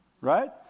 Right